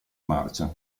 marcia